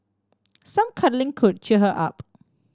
some cuddling could cheer her up